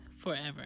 forever